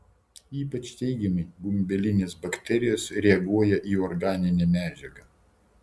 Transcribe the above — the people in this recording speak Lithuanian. ypač teigiamai gumbelinės bakterijos reaguoja į organinę medžiagą